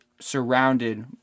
surrounded